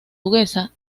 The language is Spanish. vasto